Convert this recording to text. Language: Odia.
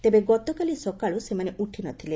ତେବେ ଗତକାଲି ସକାଳୁ ସେମାନେ ଉଠିନଥିଲେ